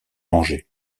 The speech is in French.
manger